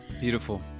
Beautiful